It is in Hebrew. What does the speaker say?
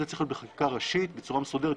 זה צריך להיות בחקיקה ראשית בצורה מסודרת,